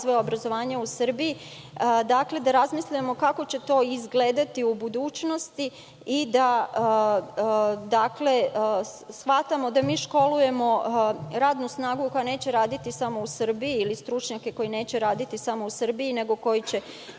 da razmislimo kako će to izgledati u budućnosti i da shvatimo da mi školujemo radnu snagu koja neće raditi samo u Srbiji ili stručnjake koji neće raditi samo u Srbiji, nego koji će